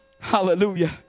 Hallelujah